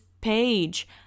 page